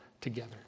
together